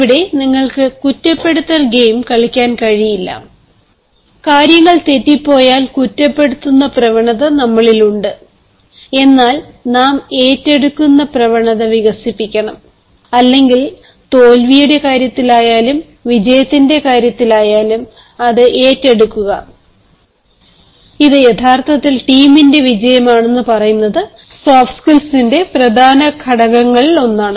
ഇവിടെ നിങ്ങൾക്ക് കുറ്റപ്പെടുത്തൽ ഗെയിം കളിക്കാൻ കഴിയില്ല കാര്യങ്ങൾ തെറ്റിപ്പോയാൽ കുറ്റപ്പെടുത്തുന്ന പ്രവണത നമ്മളിൽ ഉണ്ട് എന്നാൽ നാം ഏറ്റെടുക്കുന്ന പ്രവണത വികസിപ്പിക്കണം അല്ലെങ്കിൽ തോൽവിയുടെ കാര്യത്തിലായാലും വിജയത്തിന്റെ കാര്യത്തിൽ ആയാലും അത് ഏറ്റെടുക്കുക ഇത് യഥാർത്ഥത്തിൽ ടീമിന്റെ വിജയമാണെന്ന് പറയുന്നത് സോഫ്റ്റ് സ്കിൽസിന്റെ പ്രധാന ഘടകങ്ങളിലൊന്നാണ്